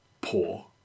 poor